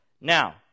Now